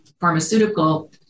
pharmaceutical